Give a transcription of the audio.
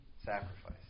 sacrifice